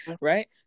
right